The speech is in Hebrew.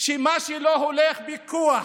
מה שלא הולך בכוח